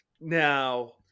Now